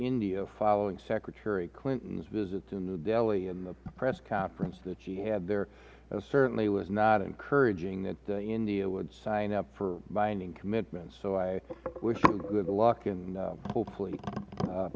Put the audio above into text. india following secretary clinton's visit to new delhi at a press conference that she had there certainly was not encouraging that india would sign up for binding commitments so i wish you good luck in hopefully